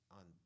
on